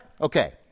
Okay